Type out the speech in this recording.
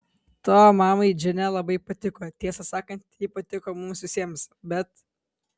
tavo mamai džine labai patiko tiesą sakant ji patiko mums visiems bet